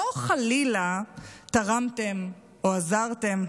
לא חלילה תרמתם או עזרתם,